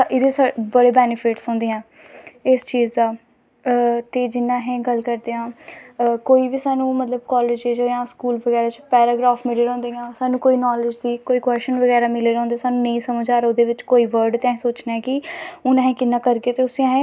उन्ना शरीर तुंदा कंफ्टेवल रौंह्ना फिट्ट रौह्नां नां कोई बमारी लग्गनी असैं अस जिन्ना परसीनां कड्डगे मैह्नत करगे जमीनें च अपनी खेत्ती बाड़ी करगे तां असैं तां कोई ओह्दै नै उन्ना शरीर उर्जा होर दिंदा शरीर गी केह् होंदा कि कंपिटैंट बंदा अपने शरीर गी मज़बूत करदा जंदा